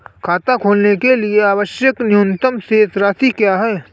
खाता खोलने के लिए आवश्यक न्यूनतम शेष राशि क्या है?